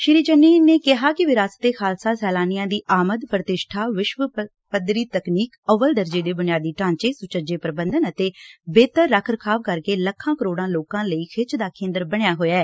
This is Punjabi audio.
ਸ੍ਰੀ ਚੰਨੀ ਨੇ ਕਿਹਾ ਕਿ ਵਿਰਾਸਤ ਏ ਖਾਲਸਾ ਸੈਲਾਨੀਆਂ ਦੀ ਆਮਦ ਪ੍ਰਤੀਸ਼ਠਾ ਵਿਸ਼ਵ ਪੱਧਰੀ ਤਕਨੀਕ ਅੱਵਲ ਦਰਜੇ ਦੇ ਬੁਨਿਆਦੀ ਢਾਚੇ ਸੁਚੱਜੇ ਪ੍ਰਬੰਧਨ ਅਤੇ ਬਿਹਤਰ ਰੱਖ ਰਖਾਵ ਕਰਕੇ ਲੱਖਾਂ ਕਰੋੜਾਂ ਲੋਕਾਂ ਲਈ ਖਿੱਚ ਦਾ ਕੇਂਦਰ ਬਣਿਆ ਹੋਇਆ ਐ